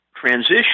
transition